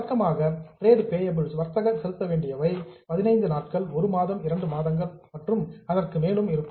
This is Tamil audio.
வழக்கமாக டிரேட் பேயபிள்ஸ் வர்த்தக செலுத்த வேண்டியவை 15 நாட்கள் 1 மாதம் இரண்டு மாதங்கள் மற்றும் அதற்கு மேலும் இருக்கும்